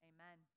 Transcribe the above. Amen